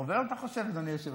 עובר, אתה חושב, אדוני היושב-ראש?